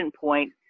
point